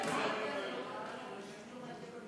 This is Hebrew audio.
ההסתייגות (5)